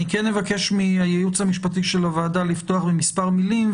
אני כן אבקש מהייעוץ המשפטי של הוועדה לפתוח במספר מילים,